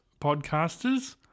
podcasters